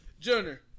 Junior